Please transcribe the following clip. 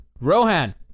rohan